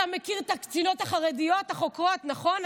אתה מכיר את הקצינות החרדיות, החוקרות, נכון?